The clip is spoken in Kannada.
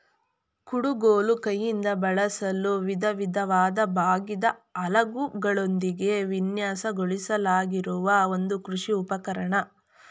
ಕುಡುಗೋಲು ಕೈಯಿಂದ ಬಳಸಲು ವಿಧವಿಧವಾದ ಬಾಗಿದ ಅಲಗುಗಳೊಂದಿಗೆ ವಿನ್ಯಾಸಗೊಳಿಸಲಾಗಿರುವ ಒಂದು ಕೃಷಿ ಉಪಕರಣ